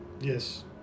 Yes